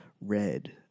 Red